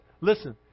listen